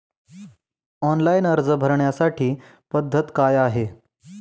Online अर्ज भरण्याची पद्धत काय आहे?